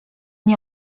nie